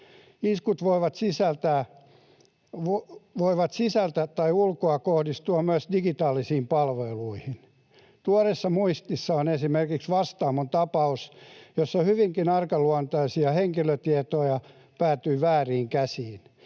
Iskut voivat sisältä tai ulkoa kohdistua myös digitaalisiin palveluihin. Tuoreessa muistissa on esimerkiksi Vastaamon tapaus, jossa hyvinkin arkaluontoisia henkilötietoja päätyi vääriin käsiin.